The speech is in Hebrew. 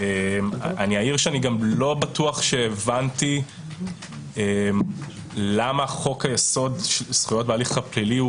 אעיר שאני גם לא בטוח שהבנתי למה חוק-היסוד: זכויות בהליך הפלילי,